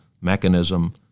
mechanism